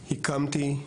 הקמתי,